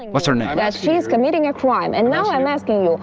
what's her name? that she's committing a crime. and now i'm asking you,